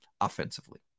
offensively